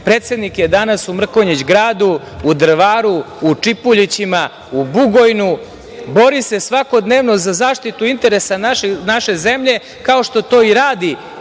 zemlje. Predsednik je danas u Mrkonjić Gradu, u Drvaru, u Čipuljićima, u Bugojnu, bori se svakodnevno za zaštitu interesa naše zemlje, kao što to i radi